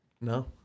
No